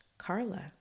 Carla